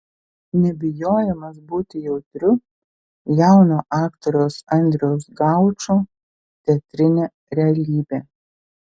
nebijojimas būti jautriu jauno aktoriaus andriaus gaučo teatrinė realybė